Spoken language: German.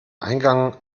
eingang